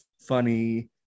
funny